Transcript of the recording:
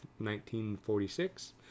1946